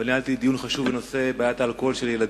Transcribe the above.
אבל ניהלתי דיון חשוב בוועדה לזכויות